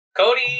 Cody